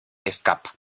escapa